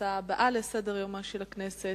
להצעה הבאה בסדר-יומה של הכנסת.